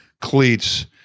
cleats